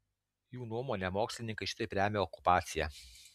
jų nuomone mokslininkai šitaip remia okupaciją